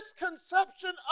misconception